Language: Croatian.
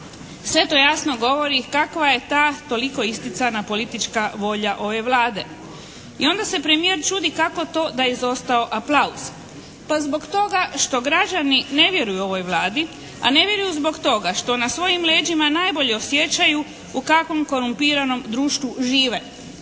Sve to jasno govori kakva je ta toliko isticana politička volja ove Vlade. I onda se premijer čudi kako to da je izostao aplauz. Pa zbog toga što građani ne vjeruju ovoj Vladi. A ne vjeruju zbog toga što na svojim leđima najbolje osjećaju u kakvom korumpiranom društvu žive.